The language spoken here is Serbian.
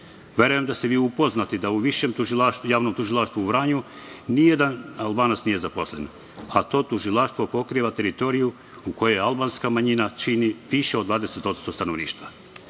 Verujem da ste vi upoznati da je u višem tužilaštvu, Javnom tužilaštvu u Vranju nijedan Albanac nije zaposlen, a to tužilaštvo pokriva teritoriju u kojoj albanska manjina čini više od 20$% stanovništva. Dakle,